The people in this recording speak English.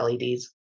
LEDs